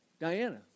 Diana